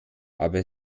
aber